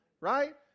right